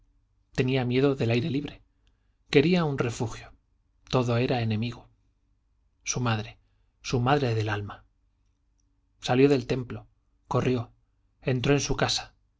tenía miedo del aire libre quería un refugio todo era enemigo su madre su madre del alma salió del templo corrió entró en su casa